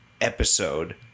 episode